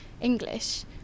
English